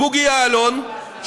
בוגי יעלון,